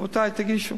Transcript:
רבותי, תגישו.